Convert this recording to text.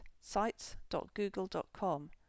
sites.google.com